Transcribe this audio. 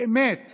באמת